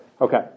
Okay